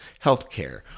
healthcare